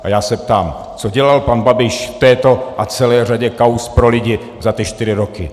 A já se ptám: Co dělal pan Babiš v této a celé řadě kauz pro lidi za ty čtyři roky?